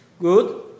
Good